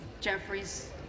Jeffries